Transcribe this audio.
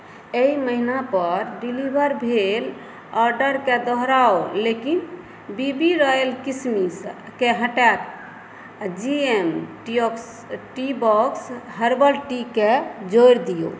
एहि महिनापर डिलीवर भेल ऑर्डरके दोहराउ लेकिन बी बी रॉयल किशमिशके हटा G M T oaks tea box herbal टीके जोड़ि दिऔ